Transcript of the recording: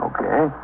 Okay